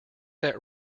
that